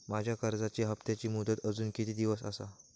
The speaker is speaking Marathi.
माझ्या कर्जाचा हप्ताची मुदत अजून किती दिवस असा?